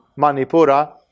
Manipura